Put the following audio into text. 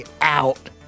out